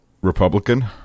Republican